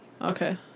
Okay